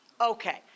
Okay